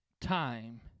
time